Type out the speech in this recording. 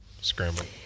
scrambling